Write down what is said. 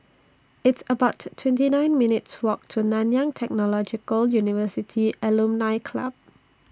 It's about twenty nine minutes' Walk to Nanyang Technological University Alumni Club